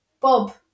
Bob